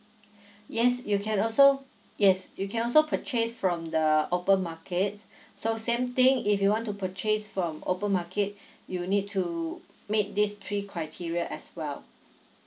yes you can also yes you can also purchase from the open market so same thing if you want to purchase from open market you need to meet these three criteria as well